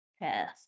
Yes